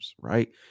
Right